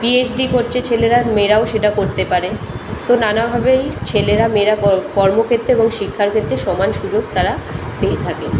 PhD করছে ছেলেরা মেয়েরাও সেটা করতে পারে তো নানাভাবেই ছেলেরা মেয়েরা কর্মক্ষেত্রে এবং শিক্ষার ক্ষেত্রে সমান সুযোগ তারা পেয়েই থাকে